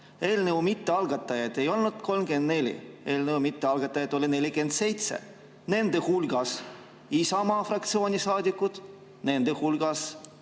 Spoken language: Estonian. Eelnõu mittealgatajaid ei olnud 34, eelnõu mittealgatajaid oli 47, nende hulgas Isamaa fraktsiooni saadikuid, nende hulgas